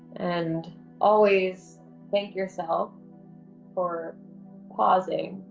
and always thank yourself for pausing,